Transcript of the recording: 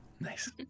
Nice